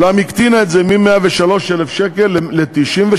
אולם הקטינה את זה מ-103,000 שקל ל-93,000,